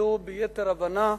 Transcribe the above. נתקבלו ביתר הבנה.